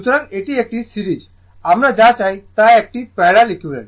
সুতরাং এটি একটি সিরিজ আমরা যা চাই তা একটি প্যারালাল ইকুইভালেন্ট